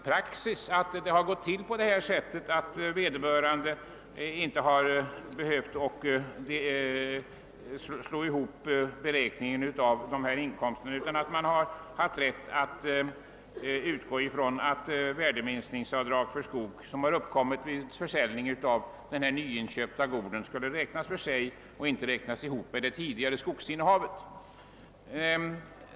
Praxis har blivit att vederbörande inte behövt slå ihop inkomsterna. Det värdeminskningsavdrag för skog som uppkommer vid försäljning från den nyinköpta gården kunde han räkna för sig, och han behövde alltså inte därvidlag ta hänsyn till det tidigare skogsinnehavet.